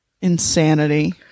insanity